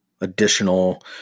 additional